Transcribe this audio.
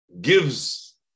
gives